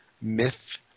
Myth